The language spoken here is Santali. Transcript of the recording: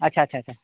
ᱟᱪᱪᱷᱟ ᱟᱪᱪᱷᱟ ᱟᱪᱪᱷᱟ